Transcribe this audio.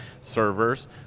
servers